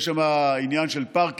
יש שם עניין של פארקים,